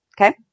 Okay